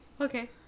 Okay